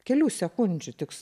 kelių sekundžių tik